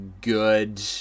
good